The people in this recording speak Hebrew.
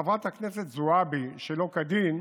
לחברת הכנסת זועבי שלא כדין,